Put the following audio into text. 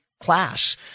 class